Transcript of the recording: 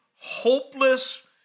hopeless